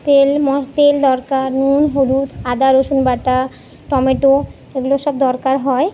তেল মাছ তেল দরকার নুন হলুদ আদা রসুন বাটা টমেটো এগুলো সব দরকার হয়